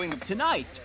Tonight